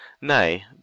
nay